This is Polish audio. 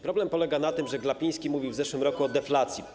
Problem polega na tym, że Glapiński mówił w zeszłym roku o deflacji.